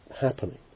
happening